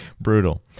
Brutal